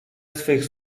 swych